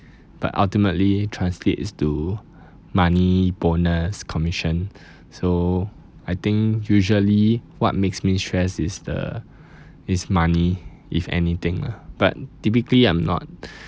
but ultimately translates to money bonus commission so I think usually what makes me stress is the is money if anything lah but typically I'm not